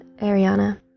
Ariana